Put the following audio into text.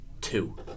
two